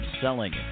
selling